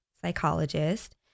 psychologist